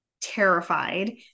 terrified